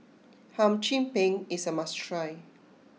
Hum Chim Peng is a must try